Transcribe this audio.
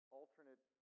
alternate